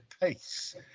pace